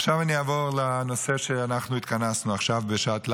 עכשיו אני אעבור לנושא שלשמו התכנסנו עכשיו בשעת לילה.